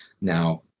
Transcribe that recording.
Now